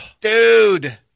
dude